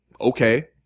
Okay